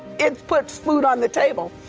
it puts food on the table.